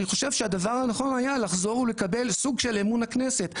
אני חושב שהדבר הנכון היה לחזור ולקבל סוג של אמון הכנסת,